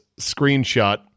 screenshot